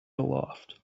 aloft